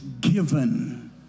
given